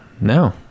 no